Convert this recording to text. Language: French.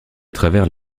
travers